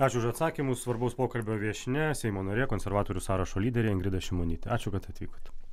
aš už atsakymus svarbaus pokalbio viešnia seimo narė konservatorių sąrašo lyderė ingrida šimonytė ačiū kad atvykote